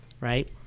right